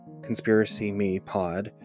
conspiracymepod